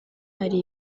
hari